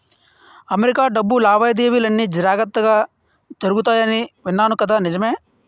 America డబ్బు లావాదేవీలన్నీ జాగ్రత్తగా జరుగుతాయని విన్నాను కదా నిజమే